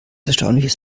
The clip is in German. erstaunliches